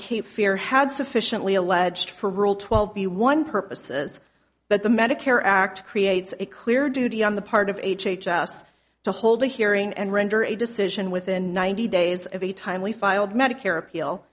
cape fear had sufficiently alleged for rule twelve b one purposes but the medicare act creates a clear duty on the part of h h s to hold a hearing and render a decision within ninety days of a timely filed medicare appeal